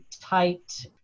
tight